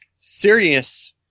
serious